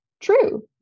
true